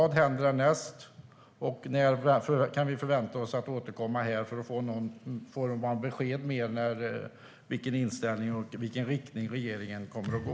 Vad händer härnäst, och när kan vi förvänta oss att få besked om i vilken riktning regeringen kommer att gå?